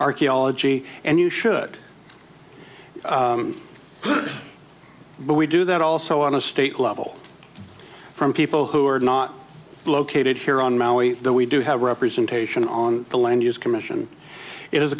archaeology and you should but we do that also on a state level from people who are not located here on maui though we do have representation on the land use commission it has